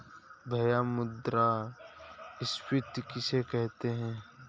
भैया मुद्रा स्फ़ीति किसे कहते हैं?